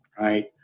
right